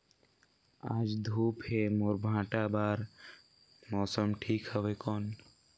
आज धूप हे मोर भांटा बार मौसम ठीक हवय कौन?